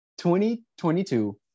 2022